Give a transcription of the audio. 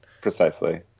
Precisely